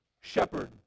shepherd